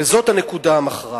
וזאת הנקודה המכרעת.